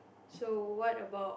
so what about